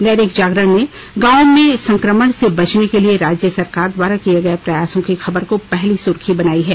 दैनिक जागरण ने गांवों में संक्रमण से बचने के लिए राज्य सरकार द्वारा किये गये प्रयासों की खबर को पहली सुर्खी बनाया है